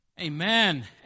Amen